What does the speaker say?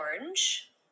orange